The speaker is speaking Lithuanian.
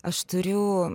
aš turiu